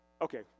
Okay